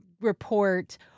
report